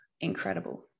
incredible